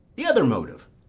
the other motive,